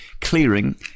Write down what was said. clearing